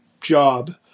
job